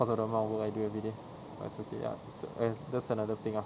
cause of the amount of work I do everyday but it's okay ya it's a eh that's another thing ah